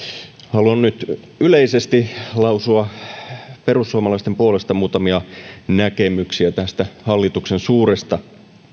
haluan nyt yleisesti lausua perussuomalaisten puolesta muutamia näkemyksiä tästä hallituksen suuresta